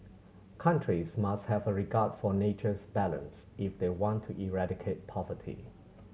countries must have a regard for nature's balance if they want to eradicate poverty